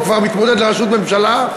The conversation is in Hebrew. הוא כבר מתמודד לראשות ממשלה.